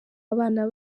abana